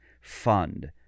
Fund